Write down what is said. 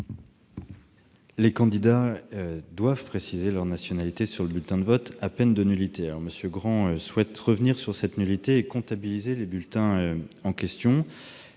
Les candidats doivent préciser leur nationalité sur le bulletin de vote, à peine de nullité. M. Grand souhaite revenir sur ce motif de nullité et comptabiliser les bulletins en questions.